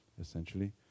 essentially